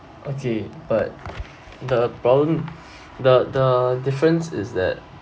okay but the problem the the difference is that